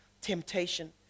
temptation